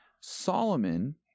Solomon